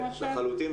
כן, לחלוטין.